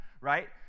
right